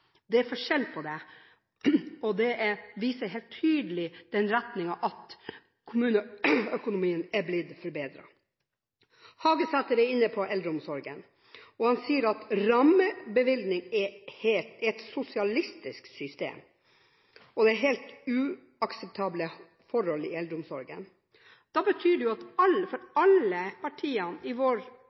Det er forskjell på det, og det viser helt tydelig den retning at kommuneøkonomien er blitt forbedret. Hagesæter var inne på eldreomsorgen. Han sier at rammebevilgning er et sosialistisk system, og at det er helt uakseptable forhold i eldreomsorgen. Alle partiene i vår